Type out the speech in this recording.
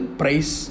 price